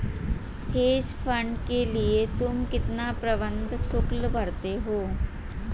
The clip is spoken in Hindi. हेज फंड के लिए तुम कितना प्रबंधन शुल्क भरते हो?